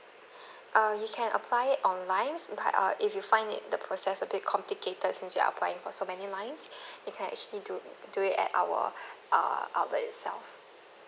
uh you can apply it online but uh if you find it the process a bit complicated since you're applying for so many lines you can actually do do it at our uh outlet itself